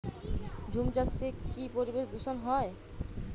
ঝুম চাষে কি পরিবেশ দূষন হয়?